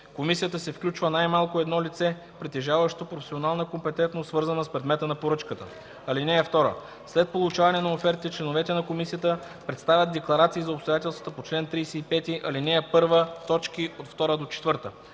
комисията се включва най-малко едно лице, притежаващо професионална компетентност, свързана с предмета на поръчката. (2) След получаване на офертите членовете на комисията представят декларации за обстоятелствата по чл. 35, ал. 1, т. 2-4.